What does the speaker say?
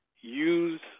use